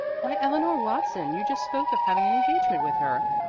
why, eleanor watson you just spoke of having an engagement with her.